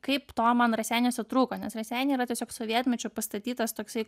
kaip to man raseiniuose trūko nes raseiniai yra tiesiog sovietmečio pastatytas toksai